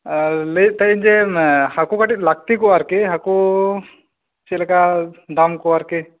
ᱞᱟᱹᱭᱮᱫ ᱛᱟᱦᱮᱱᱟᱹᱧ ᱡᱮ ᱦᱟᱹᱠᱩ ᱠᱟᱹᱴᱤᱡ ᱞᱟᱹᱠᱛᱤ ᱠᱚᱜᱼᱟ ᱟᱨᱠᱤ ᱦᱟᱹᱠᱩ ᱪᱮᱫ ᱞᱮᱠᱟ ᱫᱟᱢ ᱠᱚ ᱟᱨᱠᱤ